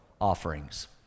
offerings